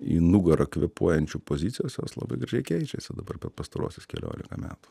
į nugarą kvėpuojančių pozicijos jos labai gražiai keičiasi dabar per pastaruosius keliolika metų